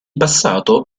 passato